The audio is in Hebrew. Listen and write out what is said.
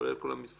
כולל כל המשרדים,